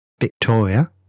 Victoria